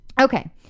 Okay